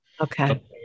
Okay